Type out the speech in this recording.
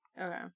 Okay